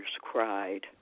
cried